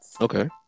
Okay